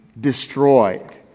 destroyed